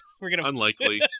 Unlikely